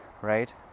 right